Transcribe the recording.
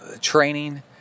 training